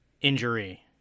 injury